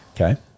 Okay